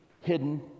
hidden